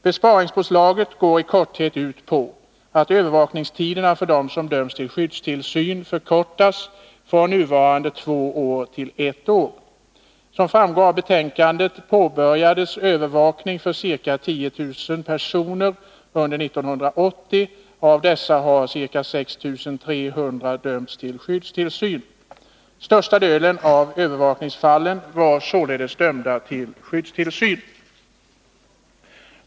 Besparingsförslaget går i korthet ut på att övervakningstiderna för dem som dömts till skyddstillsyn förkortas från nuvarande två år till ett år. Som” framgår av betänkandet påbörjades övervakning för ca 10000 personer under 1980, och av dessa var ca 6 300 dömda till skyddstillsyn. Största delen av övervakningsfallen var således dömda till skyddstillsyn.